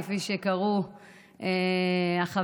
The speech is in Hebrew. כפי שקראו לו החברים,